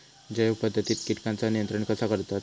जैव पध्दतीत किटकांचा नियंत्रण कसा करतत?